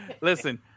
Listen